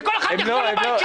שכל אחד יחזור לבית שלו.